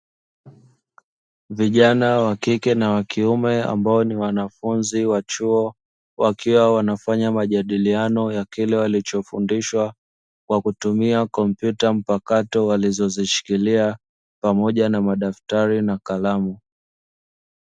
Vijana wa kike na wa kiume, ambao ni wanafunzi wa chuo, wakiwa wanafanya majadiliano ya kile walichofundishwa, kwa kutumia kompyuta mpakato walizozishikilia pamoja na madaftari na kalamu.